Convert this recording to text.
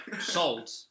sold